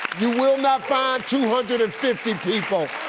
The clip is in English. you will not find two hundred and fifty people.